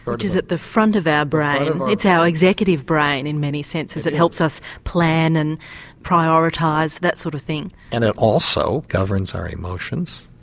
is at the front of our brain, it's our executive brain in many senses, it helps us plan and prioritise that sort of thing. and it also governs our emotions,